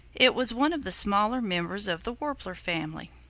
it was one of the smaller members of the warbler family.